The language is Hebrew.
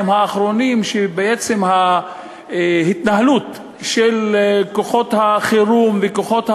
האחרונים שבעצם ההתנהלות של כוחות החירום וכוחות ההצלה,